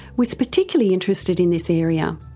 was particularly interested in this area.